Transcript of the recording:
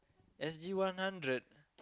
S_G one hundred